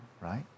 right